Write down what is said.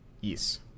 Yes